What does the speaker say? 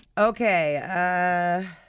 Okay